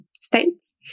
states